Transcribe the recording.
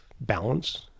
balance